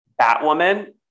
Batwoman